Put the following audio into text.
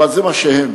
אבל זה מה שהם,